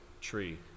tree